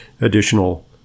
additional